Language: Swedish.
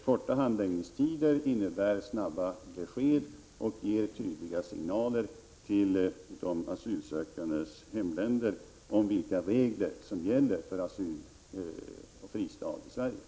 Korta handläggningstider innebär snabba besked och ger tydliga signaler till de asylsökandes hemländer om vilka regler som gäller för fristad i Sverige.